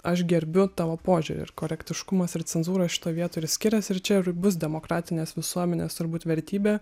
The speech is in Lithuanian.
aš gerbiu tavo požiūrį ir korektiškumas ir cenzūra šitoj vietoj ir skiriasi ir čia ir bus demokratinės visuomenės turbūt vertybė